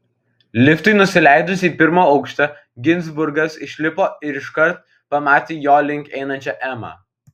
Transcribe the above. liftui nusileidus į pirmą aukštą ginzburgas išlipo ir iškart pamatė jo link einančią emą